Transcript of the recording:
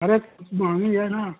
अरे महँगी है न